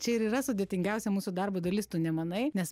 čia ir yra sudėtingiausia mūsų darbo dalis tu nemanai nes